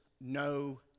no